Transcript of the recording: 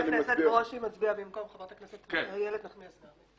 חבר הכנסת ברושי מצביע במקום חברת הכנסת איילת נחמיאס ורבין.